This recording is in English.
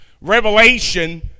Revelation